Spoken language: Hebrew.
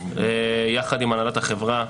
יחד עם הנהלת החברה,